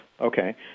Okay